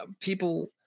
people